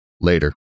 Later